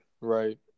Right